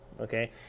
Okay